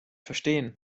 verstehen